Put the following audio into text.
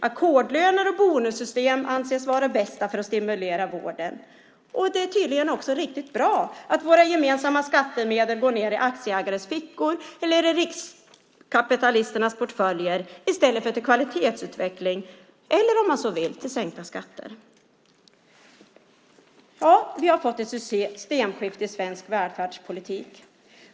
Ackordslöner och bonussystem anses vara det bästa för att stimulera vården. Det är tydligen också riktigt bra att våra gemensamma skattemedel går ned i aktieägares fickor eller i riskkapitalisters portföljer i stället för att gå till kvalitetsutveckling eller, om man så vill, till sänkta skatter. Vi har fått ett systemskifte i svensk välfärdspolitik.